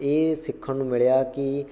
ਇਹ ਸਿੱਖਣ ਨੂੰ ਮਿਲਿਆ ਕਿ